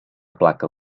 placa